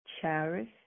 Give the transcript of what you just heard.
cherish